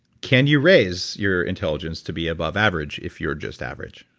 can you raise your intelligence to be above average if you're just average?